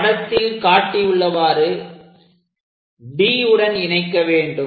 படத்தில் காட்டியுள்ளவாறு D உடன் இணைக்க வேண்டும்